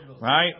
right